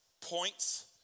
points